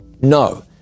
No